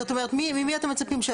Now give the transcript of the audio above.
זאת אומרת, ממי אתם מצפים?